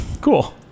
Cool